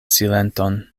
silenton